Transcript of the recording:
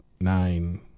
nine